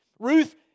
Ruth